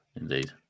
Indeed